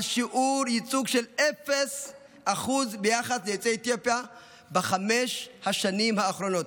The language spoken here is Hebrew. "על שיעור ייצוג של 0% ביחס ליוצאי אתיופיה בחמש השנים האחרונות.